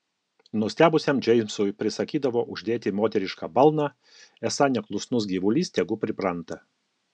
nustebusiam džeimsui prisakydavo uždėti moterišką balną esą neklusnus gyvulys tegu pripranta